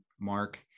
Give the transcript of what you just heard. mark